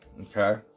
okay